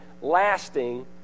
lasting